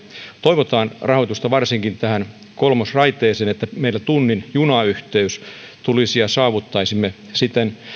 toivotaan rahoitusta varsinkin tähän kolmosraiteeseen että meille tunnin junayhteys tulisi ja saavuttaisimme siten